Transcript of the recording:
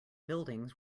buildings